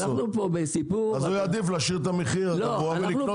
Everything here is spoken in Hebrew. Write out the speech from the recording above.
אנחנו פה בסיפור --- הוא יעדיף להשאיר את המחיר הקבוע ולקנות נמוך.